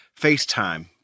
FaceTime